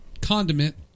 condiment